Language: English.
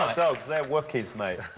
dogs, they're wookies, mate.